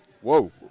whoa